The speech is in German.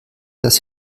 dass